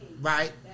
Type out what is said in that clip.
right